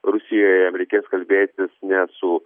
rusijoje jam reikės kalbėtis ne su